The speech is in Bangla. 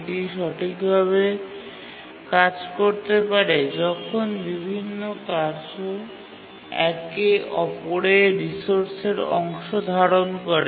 এটি সঠিক ভাবে কাজ করতে পারে যখন বিভিন্ন কার্য একে অপরের রিসোর্স ব্যবহার করে